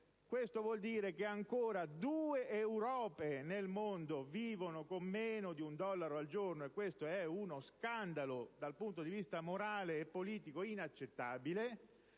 l'equivalente di due Europe nel mondo vive con meno di un dollaro al giorno, e questo è uno scandalo, dal punto di vista morale e politico, inaccettabile